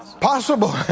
possible